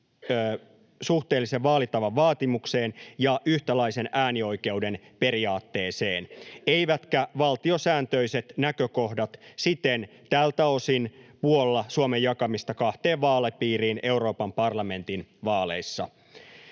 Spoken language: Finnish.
suhteellisen vaalitavan vaatimukseen ja yhtäläisen äänioikeuden periaatteeseen, eivätkä valtiosääntöiset näkökohdat siten tältä osin puolla Suomen jakamista kahteen vaalipiiriin Euroopan parlamentin vaaleissa.